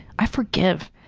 i forgive.